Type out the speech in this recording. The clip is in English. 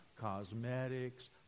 cosmetics